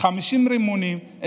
50 רימונים,